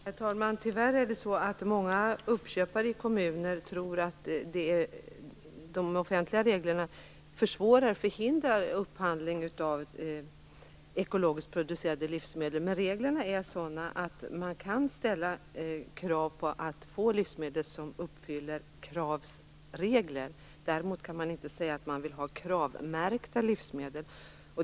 Herr talman! Tyvärr tror många uppköpare i kommunerna att de offentliga reglerna försvårar och förhindrar upphandling av ekologiskt producerade livsmedel. Men reglerna är sådana att man kan ställa krav på att få livsmedel som uppfyller KRAV:s regler. Däremot kan man inte säga att man vill ha KRAV märkta livsmedel.